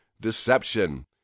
deception